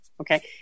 Okay